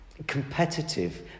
competitive